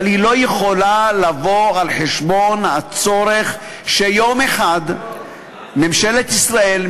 אבל היא לא יכולה לבוא על חשבון הצורך שיום אחד ממשלת ישראל,